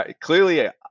Clearly